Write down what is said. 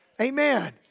Amen